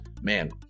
Man